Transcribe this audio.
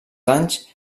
anys